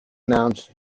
announced